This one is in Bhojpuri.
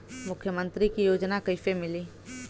मुख्यमंत्री के योजना कइसे मिली?